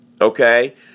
okay